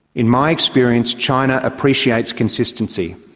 in my experience, china appreciates consistency.